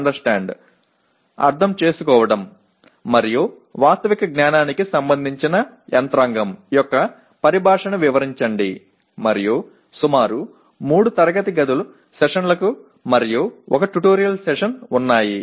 అర్థం చేసుకోవడం మరియు వాస్తవిక జ్ఞానానికి సంబంధించిన యంత్రాంగం యొక్క పరిభాషను వివరించండి మరియు సుమారు 3 తరగతి గది సెషన్లు మరియు 1 ట్యుటోరియల్ సెషన్ ఉన్నాయి